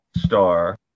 star